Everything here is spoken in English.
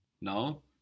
No